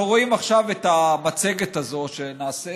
אנחנו רואים עכשיו את המצגת הזו שנעשית.